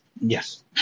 Yes